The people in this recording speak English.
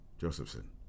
Josephson